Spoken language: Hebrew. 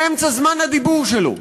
באמצע זמן הדיבור שלו,